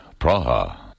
Praha